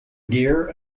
gear